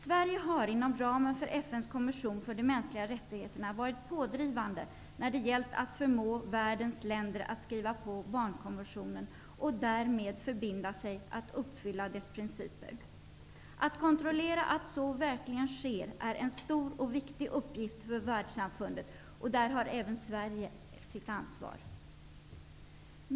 Sverige har inom ramen för FN:s kommission för de mänskliga rättigheterna varit pådrivande när det gällt att förmå världens länder att skriva på barnkonventionen och därmed förbinda sig att uppfylla dess principer. Att kontrollera att så verkligen sker är en stor och viktig uppgift för världssamfundet, och där har även Sverige sitt ansvar.